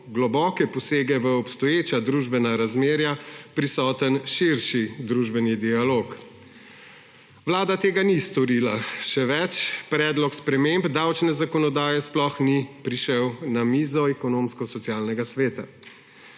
globoke posege v obstoječa družbena razmerja prisoten širši družbeni dialog. Vlada tega ni storila. Še več, predlog sprememb davčne zakonodaje sploh ni prišel na mizo Ekonomsko-socialnega sveta.